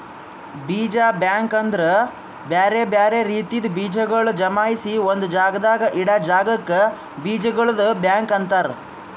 ಬೀಜ ಬ್ಯಾಂಕ್ ಅಂದುರ್ ಬ್ಯಾರೆ ಬ್ಯಾರೆ ರೀತಿದ್ ಬೀಜಗೊಳ್ ಜಮಾಯಿಸಿ ಒಂದು ಜಾಗದಾಗ್ ಇಡಾ ಜಾಗಕ್ ಬೀಜಗೊಳ್ದು ಬ್ಯಾಂಕ್ ಅಂತರ್